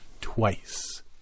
twice